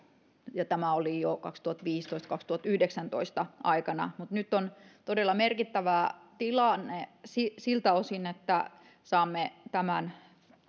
tämä oli jo vuosien kaksituhattaviisitoista viiva kaksituhattayhdeksäntoista aikana nyt on todella merkittävä tilanne siltä osin että saamme tämän